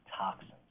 toxins